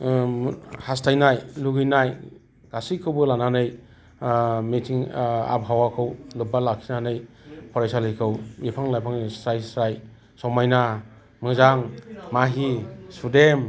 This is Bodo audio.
हासथायनाय लुगैनाय गासैखौबो लानानै मिथिं आबहावाखौ लोब्बा लाखिनानै फरायसालिखौ बिफां लाइफांजों स्राय स्राय समायना मोजां माहि सुदेम